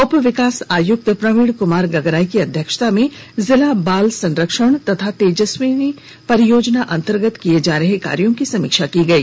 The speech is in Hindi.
उप विकास आयुक्त प्रवीण कुमार गागराई के अध्यक्षता में जिला बाल संरक्षण एवं तेजस्विनी परियोजना अंतर्गत किए जा रेहे कार्यों की समीक्षा की गई